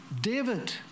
David